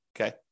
okay